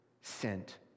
sent